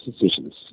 decisions